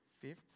Fifth